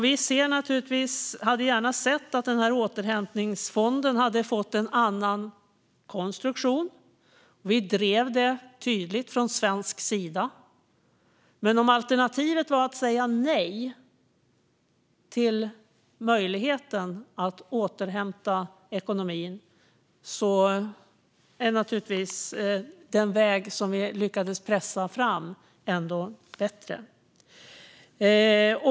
Vi hade gärna sett att återhämtningsfonden hade fått en annan konstruktion. Vi drev det tydligt från svensk sida. Men om alternativet var att säga nej till möjligheten att återhämta ekonomin är naturligtvis den väg som vi lyckades pressa fram bättre.